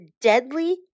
deadly